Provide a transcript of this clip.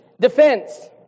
defense